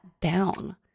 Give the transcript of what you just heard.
down